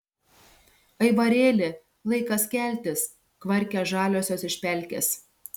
aivarėli laikas keltis kvarkia žaliosios iš pelkės